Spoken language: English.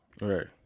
right